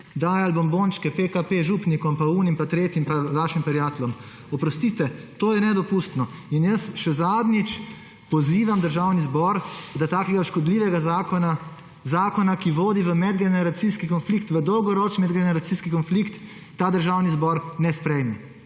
dajali bombončke PKP župnikom pa onim pa tretjim pa vašim prijateljem. Oprostite, to je nedopustno. In jaz še zadnjič pozivam Državni zbor, da takega škodljivega zakona, zakona, ki vodi v medgeneracijski konflikt, v dolgoročni medgeneracijski konflikt, ta Državni zbor ne sprejme.